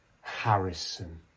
Harrison